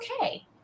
okay